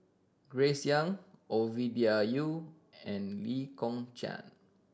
Grace Young Ovidia Yu and Lee Kong Chian